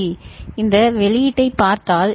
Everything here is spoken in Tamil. சி இந்த வெளியீட்டைப் பார்த்தால்